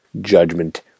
judgment